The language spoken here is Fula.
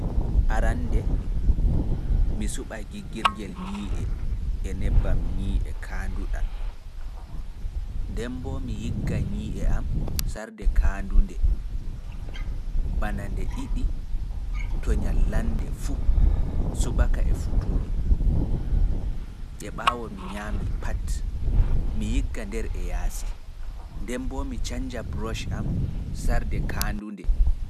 Arande mi suɓai giggirgel e nebbam nyii'e kaandu ɗan nden bo mi yigga nyii'e am sarde kaandu nde bana nde ɗiɗi(times two) nyallande fuu, subaka e alaasara. Mi yigga nder e yaasi, nden bo mi canja brush am sarde kaandunde.